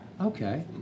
Okay